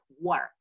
work